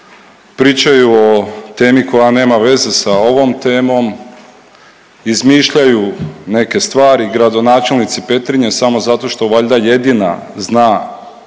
pričaju o temi koja nema veze sa ovom temom, izmišljaju neke stvari gradonačelnici Petrinje samo zato što valjda jedina zna